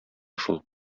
шул